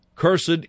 Cursed